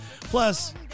Plus